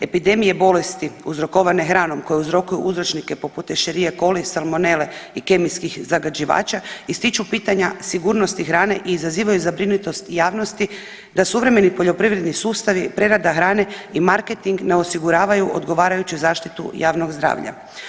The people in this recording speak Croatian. Epidemije bolesti uzrokovane hranom koje uzrokuju uzročnike poput Escherichie coli, salmonele i kemijskih zagađivača, ističu pitanja sigurnosti hrane i izazivaju zabrinutost javnosti da suvremeni poljoprivredni sustavi, prerada hrane i marketing ne osiguravaju odgovarajuću zaštitu javnog zdravlja.